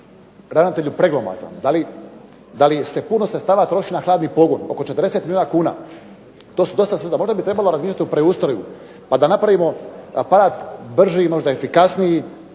ravnatelju, preglomazan? Da li se puno sredstava troši na hladni pogon? Oko 40 milijuna kuna? Možda bi trebalo razmišljati o preustroju pa da napravimo aparat brži možda i efikasniji